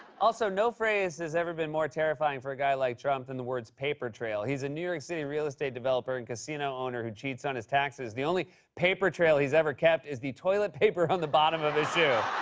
also, no phrase has ever been more terrifying for a guy like trump than the words paper trail. he's a new york city real-estate developer and casino owner who cheats on his taxes. the only paper trail he's ever kept is the toilet paper on the bottom of his yeah